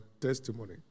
testimony